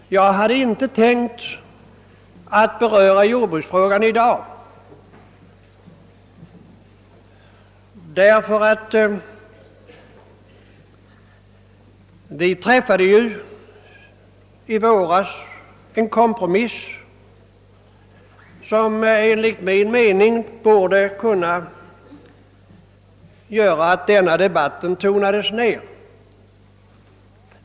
Jag hade inte tänkt att beröra jordbruksfrågan i dag — kompromissen i våras borde enligt min mening kunna medföra att denna debatt tonades ned.